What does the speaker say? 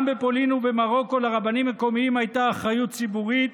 גם בפולין ובמרוקו לרבנים מקומיים הייתה אחריות ציבורית,